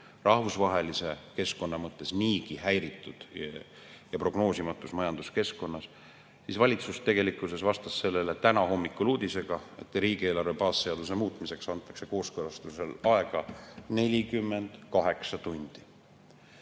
rahvusvahelise keskkonna mõttes niigi häiritud ja prognoosimatus majanduskeskkonnas, vastas täna hommikul uudisega, et riigieelarve baasseaduse muutmiseks antakse kooskõlastusel aega 48 tundi.